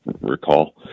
recall